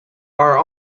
are